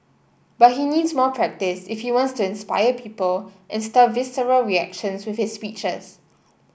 but he needs more practise if he wants to inspire people and stir visceral reactions with his speeches